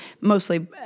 Mostly